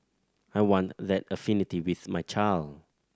I want that affinity with my child